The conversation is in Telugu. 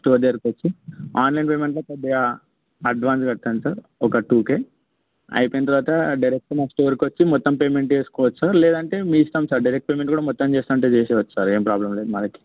స్టోర్ దగ్గరకు వచ్చి ఆన్లైన్ పేమెంట్లో కొద్దిగా అడ్వాన్స్ కట్టండి సార్ ఒక టూ కే అయిపోయిన తరువాత డైరెక్ట్ మా స్టోర్కు వచ్చి మొత్తం పేమెంట్ చేసుకోవచ్చు లేదంటే మీ ఇష్టం సార్ డైరెక్ట్ పేమెంట్ కూడా మొత్తం చేస్తాను అంటే చేయచ్చు సార్ ఏమి ప్రాబ్లమ్ లేదు సార్ మనకు